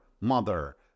mother